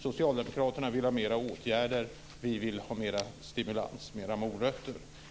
Socialdemokraterna vill ha mera åtgärder, vi vill ha mera stimulans och flera morötter.